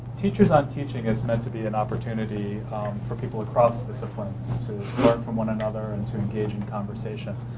teachers on teaching is meant to be an opportunity for people across disciplines to learn from one another and to engage in conversation.